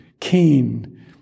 keen